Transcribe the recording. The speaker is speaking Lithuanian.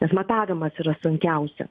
nes matavimas yra sunkiausia